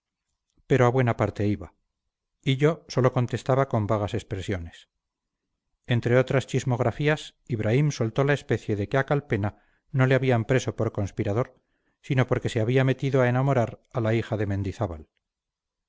pero a buena parte iba hillo sólo contestaba con vagas expresiones entre otras chismografías ibraim soltó la especie de que a calpena no le habían preso por conspirador sino porque se había metido a enamorar a la hija de mendizábal